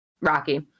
Rocky